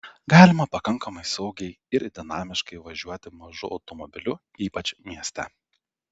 galima pakankamai saugiai ir dinamiškai važiuoti mažu automobiliu ypač mieste